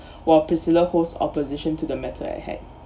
while priscilla host opposition to the matter ahead